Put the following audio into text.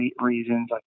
reasons